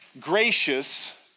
gracious